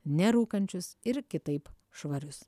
nerūkančius ir kitaip švarius